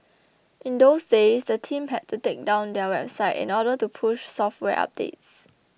in those days the team had to take down their website in order to push software updates